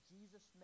Jesus